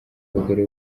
abagore